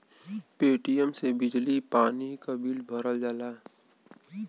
Paytm से बिजली पानी क बिल भरल जाला